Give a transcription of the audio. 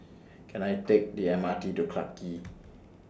Can I Take The M R T to Clarke Quay